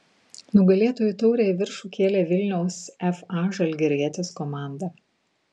nugalėtojų taurę į viršų kėlė vilniaus fa žalgirietis komanda